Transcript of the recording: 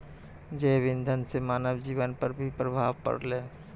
जैव इंधन से मानव जीबन पर भी प्रभाव पड़लै